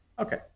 Okay